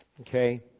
Okay